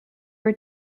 were